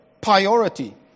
priority